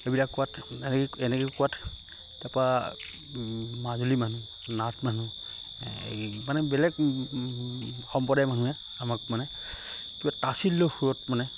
এইবিলাক কোৱাত এনেকৈ এনেকৈ কোৱাত তাৰপৰা মাজুলীৰ মানুহ নাথ মানুহ এই মানে বেলেগ সম্প্ৰদায়ৰ মানুহে আমাক মানে কিবা তাচিল্যৰ সুৰত মানে